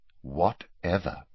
Whatever